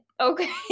Okay